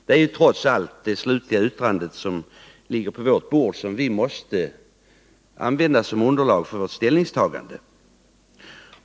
Det är trots allt det slutliga yttrandet, som ligger på vårt bord, som vi måste använda som underlag för vårt ställningstagande.